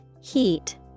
heat